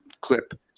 clip